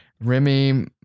Remy